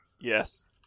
Yes